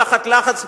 תחת לחץ,